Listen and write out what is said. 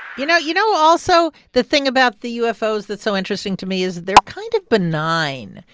you know you know, also the thing about the ufos that's so interesting to me is they're kind of benign.